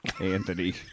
anthony